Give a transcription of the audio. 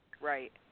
Right